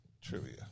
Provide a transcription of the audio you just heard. Trivia